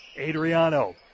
Adriano